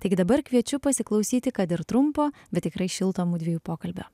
taigi dabar kviečiu pasiklausyti kad ir trumpo bet tikrai šilto mudviejų pokalbio